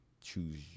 choose